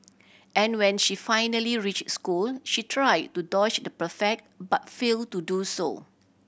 and when she finally reach school she try to dodge the prefect but fail to do so